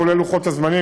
כולל לוחות הזמנים,